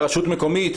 רשות מקומית,